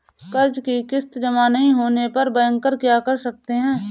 कर्ज कि किश्त जमा नहीं होने पर बैंकर क्या कर सकते हैं?